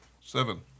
Seven